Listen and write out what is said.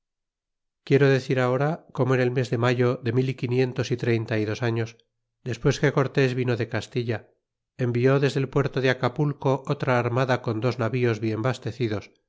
quiero decir ahora como en el mes de mayo de mil y quinientos y treinta y dos años despues que cortés vino de castilla envió desde el puerto de acapulco otra armada con dos navíos bien bastecidos